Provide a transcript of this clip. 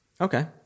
Okay